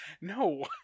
No